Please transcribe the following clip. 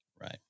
Right